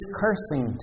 cursing